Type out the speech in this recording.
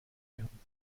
werden